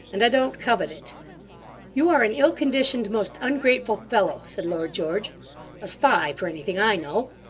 and i don't covet it you are an ill-conditioned, most ungrateful fellow said lord george a spy, for anything i know.